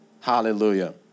Hallelujah